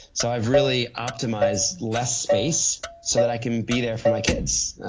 so, i've really optimized less space so that i can be there for my kids.